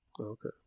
Okay